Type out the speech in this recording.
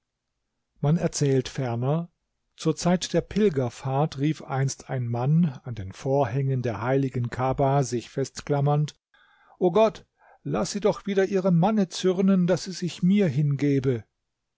man erzählt ferner zur zeit der pilgerfahrt rief einst ein mann an den vorhängen der heiligen kaba sich festklammernd o gott laß sie doch wieder ihrem manne zürnen daß sie sich mir hingebe